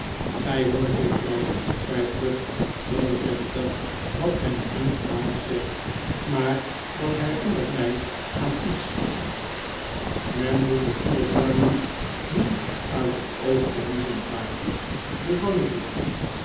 gij hoort juffrouw zei pluck heel deftig wat mijn vriend pyke zegt maar dat herinnert mij aan iets men moet de goede vormen niet uit het oog verliezen pyke juffrouw nickleby